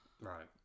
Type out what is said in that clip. Right